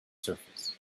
surface